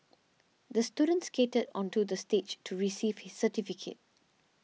the student skated onto the stage to receive his certificate